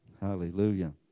Hallelujah